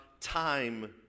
time